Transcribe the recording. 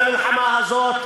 במלחמה הזאת,